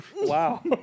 Wow